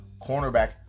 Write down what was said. cornerback